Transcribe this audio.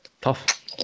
Tough